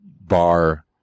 bar